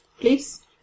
Please